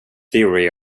theory